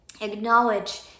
Acknowledge